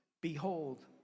Behold